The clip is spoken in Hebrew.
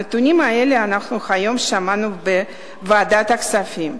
את הנתונים האלה שמענו היום בוועדת הכספים.